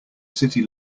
city